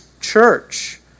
church